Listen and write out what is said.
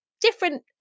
different